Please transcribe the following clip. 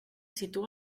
situa